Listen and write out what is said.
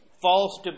false